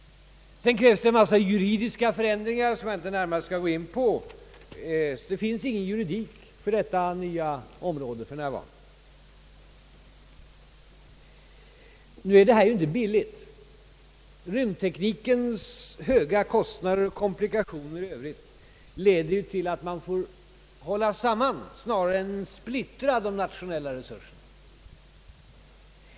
Vidare krävs det en helt ny juridik, som jag inte närmare skall gå in på. Det finns ingen juridik på detta nya område. Allt detta är inte billigt. Rymdteknikens höga kostnader och komplikationer i övrigt leder till att man får hålla samman snarare än splittra de nationella resurserna.